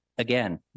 Again